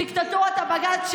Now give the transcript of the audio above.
דיקטטורת הבג"ץ,